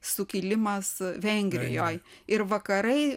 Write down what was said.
sukilimas vengrijoj ir vakarai